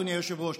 אדוני היושב-ראש.